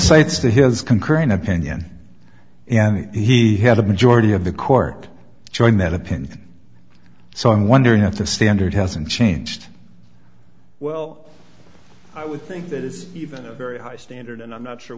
sates to his concurring opinion and he had a majority of the court joined that opinion so i'm wondering if the standard hasn't changed well i would think that is even a very high standard and i'm not sure